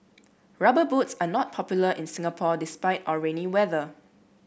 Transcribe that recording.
rubber boots are not popular in Singapore despite our rainy weather